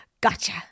gotcha